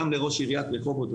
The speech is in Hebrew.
גם לראש עיריית רחובות,